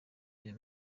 des